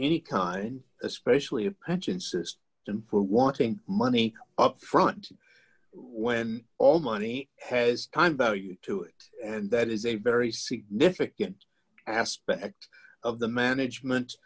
any kind especially a pension system and for wanting money up front when all money has time value to it and that is a very significant aspect of the management